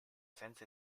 senza